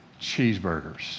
cheeseburgers